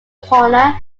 corner